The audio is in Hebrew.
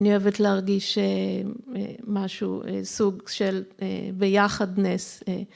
‫אני אוהבת להרגיש ‫משהו, סוג של ביחדנס.